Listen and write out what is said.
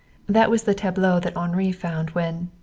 that was the tableau that henri found when,